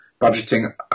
budgeting